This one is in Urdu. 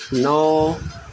نو